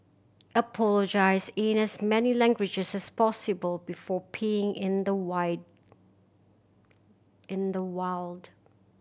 apologise in as many languages as possible before peeing in the wild